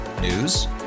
News